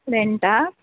रँटाक